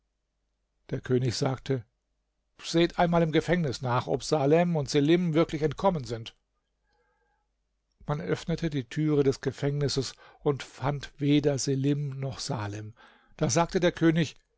der könig sagte seht einmal im gefängnis nach ob salem und selim wirklich entkommen sind man öffnete die türe des gefängnisses und fand weder selim noch salem da sagte der könig